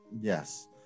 Yes